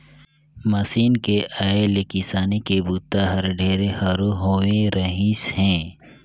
machine के आए ले किसानी के बूता हर ढेरे हरू होवे रहीस हे